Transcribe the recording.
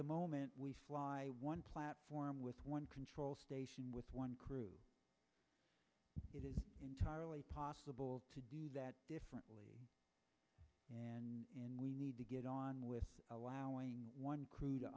the moment we fly one platform with one control station with one crew it is entirely possible to do that differently and we need to get on with allowing one crew to